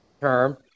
term